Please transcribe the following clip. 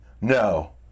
No